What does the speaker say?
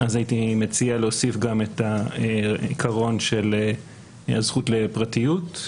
אז הייתי מציע להוסיף גם את העיקרון של הזכות לפרטיות,